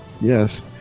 Yes